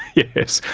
yes,